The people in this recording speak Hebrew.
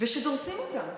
ושדורסים אותם.